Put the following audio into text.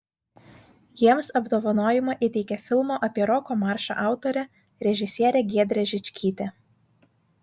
jiems apdovanojimą įteikė filmo apie roko maršą autorė režisierė giedrė žičkytė